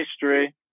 history